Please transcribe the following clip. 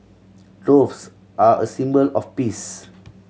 doves are a symbol of peace